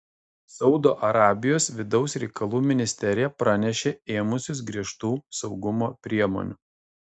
saudo arabijos vidaus reikalų ministerija praneša ėmusis griežtų saugumo priemonių